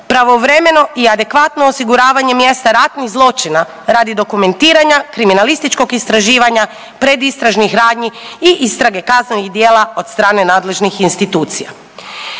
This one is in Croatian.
pravovremeno i adekvatno osiguravanje mjesta ratnih zločina radi dokumentiranja, kriminalističkog istraživanja, predistražnih radnji i istrage kaznenih djela od strane nadležnih institucija